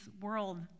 world